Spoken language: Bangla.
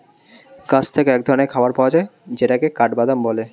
গাছ থেকে এক ধরনের খাবার পাওয়া যায় যেটাকে কাঠবাদাম বলে